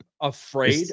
afraid